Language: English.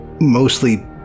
mostly